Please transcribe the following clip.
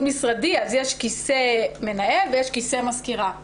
משרדי יש "כיסא מנהל" ויש "כיסא מזכירה".